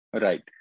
Right